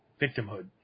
Victimhood